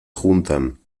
juntan